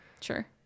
sure